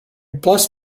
bless